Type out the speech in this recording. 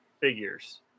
figures